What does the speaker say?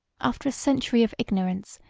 after a century of ignorance,